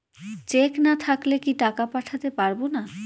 Check না থাকলে কি টাকা পাঠাতে পারবো না?